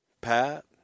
Pat